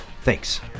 thanks